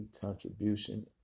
contribution